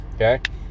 okay